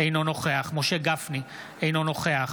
אינו נוכח